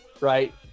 right